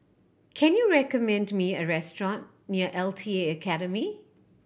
can you recommend me a restaurant near L T A Academy